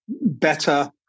better